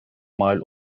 mal